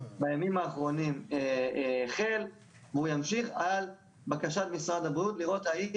בימים האחרונים החל והוא ימשיך על בקשת משרד הבריאות לראות האם